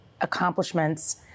accomplishments